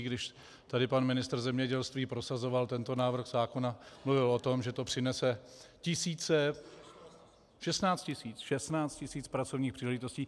Když tady pan ministr zemědělství prosazoval tento návrh zákona, mluvil o tom, že to přinese tisíce, 16 tisíc pracovních příležitostí.